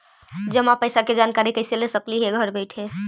जमा पैसे के जानकारी कैसे ले सकली हे घर बैठे?